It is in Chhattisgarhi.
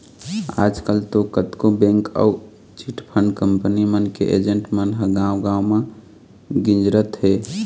आजकल तो कतको बेंक अउ चिटफंड कंपनी मन के एजेंट मन ह गाँव गाँव म गिंजरत हें